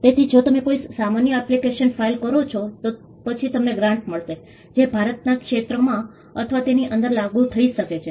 તેથી જો તમે કોઈ સામાન્ય એપ્લિકેશન ફાઇલ કરો છો તો પછી તમને ગ્રાન્ટ મળશે જે ભારતના ક્ષેત્રમાં અથવા તેની અંદર લાગુ થઈ શકે છે